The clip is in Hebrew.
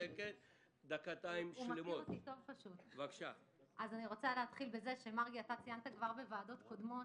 ציינת בוועדות קודמות,